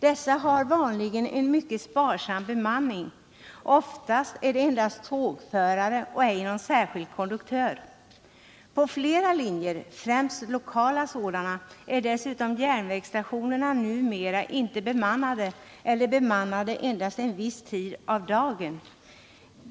Dessa har vanligen en mycket sparsam bemanning, oftast endast tågförare och ej någon särskild konduktör. På flera linjer, främst lokala sådana, är dessutom järnvägsstationerna numera inte bemannade eller bemannade endast viss tid under dagen.